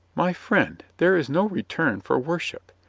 my friend, there is no return for worship.